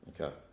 Okay